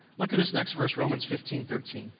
look at this next verse, romans fifteen thirteen